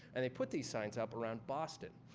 and they put these signs up around boston.